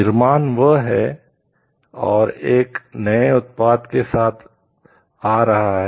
निर्माण वह है और एक नए उत्पाद के साथ आ रहा है